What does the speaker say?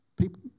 People